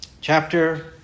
chapter